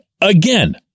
Again